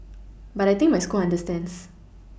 but I think my school understands